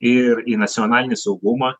ir į nacionalinį saugumą